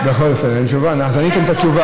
בכל אופן, אין תשובה, אז אני אתן את התשובה.